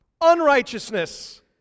Unrighteousness